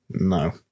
No